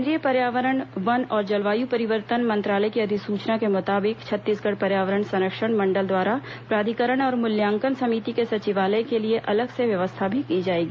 केंद्रीय पर्यावरण वन और जलवायु परिवर्तन मंत्रालय की अधिसूचना के मुताबिक छत्तीसगढ़ पर्यावरण संरक्षण मंडल द्वारा प्राधिकरण और मूल्यांकन समिति के सचिवालय के लिए अलग से व्यवस्था भी की जाएगी